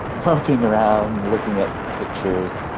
moping around and looking at pictures.